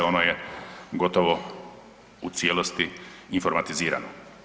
Ono je gotovo u cijelosti informatizirano.